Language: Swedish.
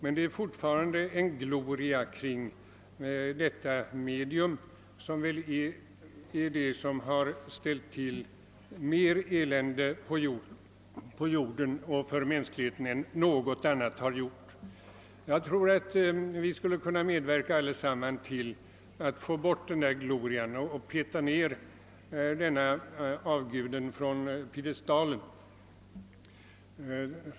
Men det är fortfarande en gloria kring detta medium — alkoholen — som väl ställt till med mer elände för mänskligheten än något annat. Jag tror vi allesammans skulle kunna medverka till att få bort denna gloria och att peta ned avguden från piedestalen.